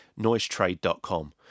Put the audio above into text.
noisetrade.com